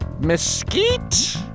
Mesquite